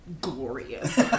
glorious